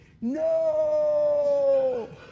no